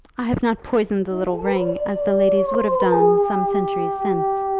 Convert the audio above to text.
i have not poisoned the little ring, as the ladies would have done some centuries since.